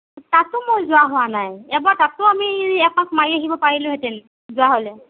তাতো মই যোৱা হোৱা নাই এবাৰ তাতো আমি এপাক মাৰি আহিব পাৰিলোঁহেতেন যোৱা হ'লে